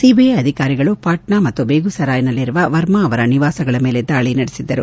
CBI ಅಧಿಕಾರಿಗಳು ಪಾಟ್ನಾ ಮತ್ತು ಬೆಗುಸರಾಯ್ನಲ್ಲಿರುವ ವರ್ಮ ಅವರ ನಿವಾಸಗಳ ಮೇಲೆ ದಾಳಿ ನಡೆಸಿದ್ದರು